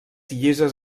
llises